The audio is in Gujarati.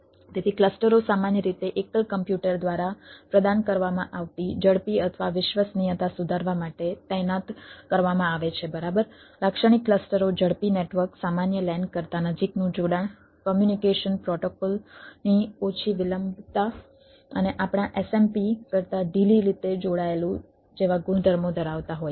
તેથી ક્લસ્ટરો સામાન્ય રીતે એકલ કોમ્પ્યુટર દ્વારા પ્રદાન કરવામાં આવતી ઝડપ અથવા વિશ્વસનીયતા સુધારવા માટે તૈનાત કરવામાં આવે છે બરાબર લાક્ષણિક ક્લસ્ટરો ઝડપી નેટવર્ક સામાન્ય LAN કરતાં નજીકનું જોડાણ કોમ્યુનિકેશન પ્રોટોકોલ ની ઓછી વિલંબતા અને આપણા SMP કરતાં ઢીલી રીતે જોડાયેલું જેવા ગુણધર્મો ધરાવતા હોય છે